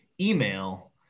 email